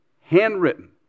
handwritten